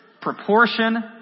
proportion